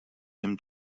him